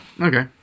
okay